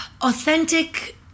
Authentic